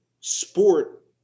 sport